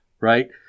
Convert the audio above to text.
right